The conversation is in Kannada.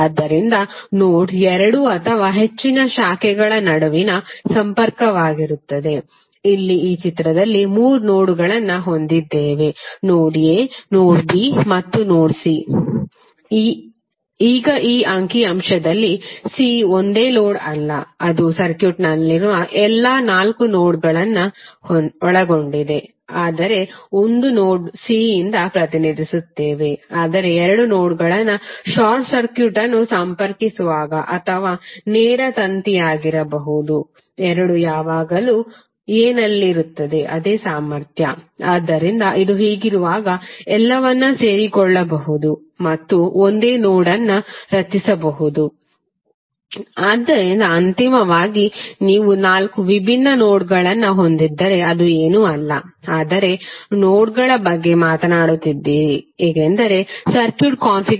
ಆದ್ದರಿಂದ ನೋಡ್ ಎರಡು ಅಥವಾ ಹೆಚ್ಚಿನ ಶಾಖೆಗಳ ನಡುವಿನ ಸಂಪರ್ಕವಾಗಿರುತ್ತದೆ ಇಲ್ಲಿ ಈ ಚಿತ್ರದಲ್ಲಿ ಮೂರು ನೋಡ್ಗಳನ್ನು ಹೊಂದಿದ್ದೇವೆ ನೋಡ್ a ನೋಡ್ b ಮತ್ತು ನೋಡ್ c